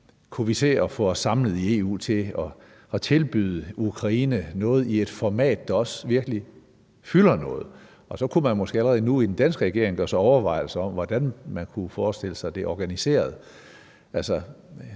Kunne vi se at få os samlet i EU til at tilbyde Ukraine noget i et format, der også virkelig fylder noget? Og så kunne man måske allerede nu i den danske regering gøre sig overvejelser om, hvordan man kunne forestille sig det organiseret,